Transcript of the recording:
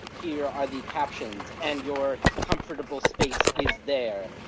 here are the captions, and your comfortable space is there.